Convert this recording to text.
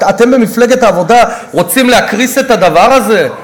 אתם במפלגת העבודה רוצים להקריס את הדבר הזה?